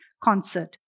concert